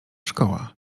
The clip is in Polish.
szkoła